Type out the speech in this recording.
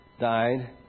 died